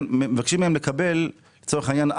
לצורך העניין,